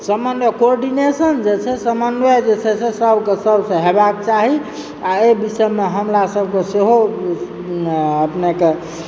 समन्वय कोऑर्डिनेशन जे छै समन्वय जे छै से सबके सबसे हेबाक चाही आ एहि विषय मे हमरा सबके सेहो अपनेक